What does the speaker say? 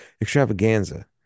Extravaganza